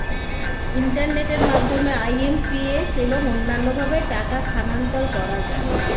ইন্টারনেটের মাধ্যমে আই.এম.পি.এস এবং অন্যান্য ভাবে টাকা স্থানান্তর করা যায়